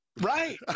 Right